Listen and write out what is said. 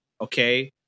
Okay